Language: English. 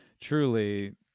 truly